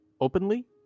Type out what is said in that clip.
openly